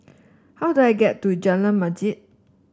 how do I get to Jalan Masjid